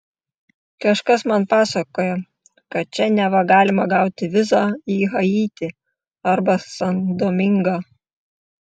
kažkas man pasakojo kad čia neva galima gauti vizą į haitį arba san domingą